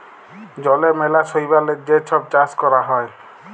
জলে ম্যালা শৈবালের যে ছব চাষ ক্যরা হ্যয়